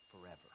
forever